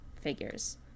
figures